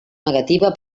negativa